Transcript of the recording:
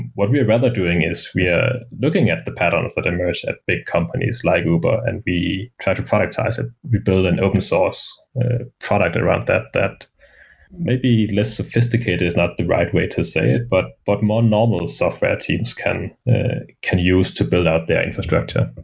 what we're rather doing is we are looking at the patterns that emerge at big companies, like uber, and we try to productize it. we build an open source product around that, that may be less sophisticated is not the right way to say it, but but more normal software teams can can use to build out their infrastructure.